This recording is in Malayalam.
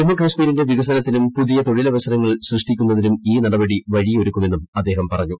ജമ്മു കാശ്മീരിന്റെ വികസനത്തിനും പുതിയ തൊഴിൽ അവസരങ്ങൾ സൃഷ്ടിക്കുന്നതിനും ഈ നടപടി വഴിയൊരുക്കുമെന്നും അദ്ദേഹം പറഞ്ഞു